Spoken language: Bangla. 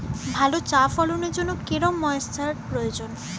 ভালো চা ফলনের জন্য কেরম ময়স্চার প্রয়োজন?